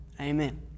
Amen